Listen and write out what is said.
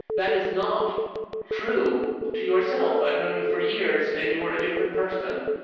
that is not true to yourself. i've known you for years, and you were a different person.